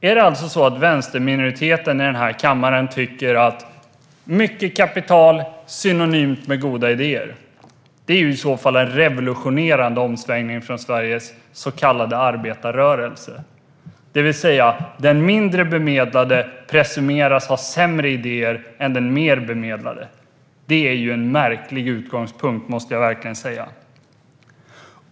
Är det alltså så att vänsterminoriteten i den här kammaren tycker att mycket kapital är synonymt med goda idéer? Det är i så fall en revolutionerande omsvängning från Sveriges så kallade arbetarrörelse. Den mindre bemedlade presumeras alltså ha sämre idéer än den mer bemedlade. Det är en märklig utgångspunkt, måste jag verkligen säga.